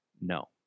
no